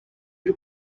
y’u